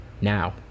now